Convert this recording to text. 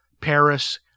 Paris